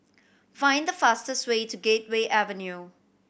find the fastest way to Gateway Avenue